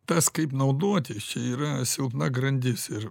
tas kaip naudotis čia yra silpna grandis ir